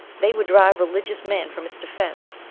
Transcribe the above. they would drive religious men from its defence.